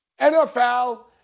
NFL